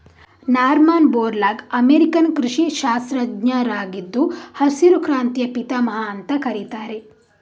Norman Borlaug American ಕೃಷಿ ಶಾಸ್ತ್ರಜ್ಞರಾಗಿದ್ದು ಹಸಿರು ಕ್ರಾಂತಿಯ ಪಿತಾಮಹ ಅಂತ ಕರೀತಾರೆ